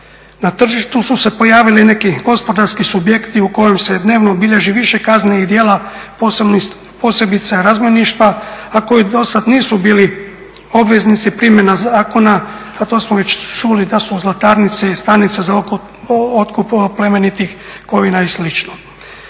Na tržištu su se pojavili neki gospodarski subjekti u kojima se dnevno bilježi više kaznenih djela posebice razbojništva, a koji do sad nisu bili obveznici primjena zakona, a to smo već čuli da su zlatarnice i stanice za otkup plemenitih kovina i